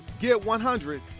get100